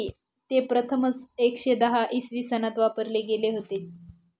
ते प्रथमच एकशे दहा इसवी सनात वापरले गेले होते